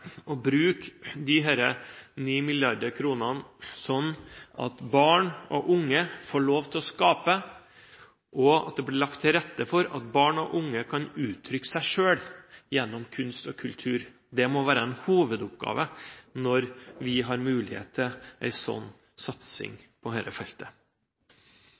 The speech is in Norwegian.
å bruke disse 9 mrd. kr sånn at barn og unge får lov til å skape, og at det blir lagt til rette for at barn og unge kan få uttrykke seg selv gjennom kunst og kultur. Det må være en hovedoppgave når vi har mulighet til en sånn satsing på dette feltet.